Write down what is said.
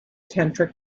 tantric